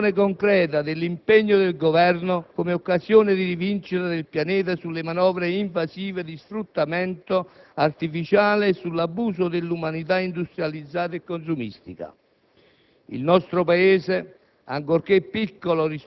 però, deve seguire l'attuazione concreta dell'impegno del Governo come occasione di rivincita del pianeta sulle manovre invasive di sfruttamento artificiale e sull'abuso dell'umanità industrializzata e consumistica.